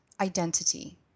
identity